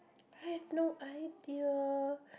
I have no idea